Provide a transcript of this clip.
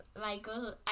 Michael